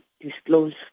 disclose